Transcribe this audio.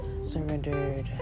surrendered